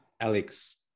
Alex